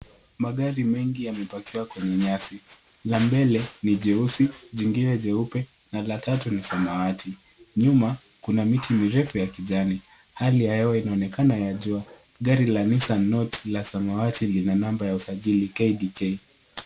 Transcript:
Magari mengi yamepakiwa kwenye nyasi. La mbele ni jeusi, jingine jeupe, na la tatu ni samawati. Nyuma kuna miti mirefu ya kijani. Hali ya hewa inaonekana ya jua. Gari la Nissan Note la samawati lina namba ya usajili KDK.